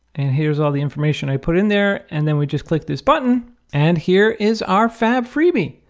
and here's all the information i put in there. and then we just click this button and here is our fab freebie.